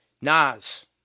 Nas